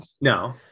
No